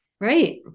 Right